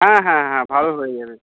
হ্যাঁ হ্যাঁ হ্যাঁ ভালো হয়ে যাবে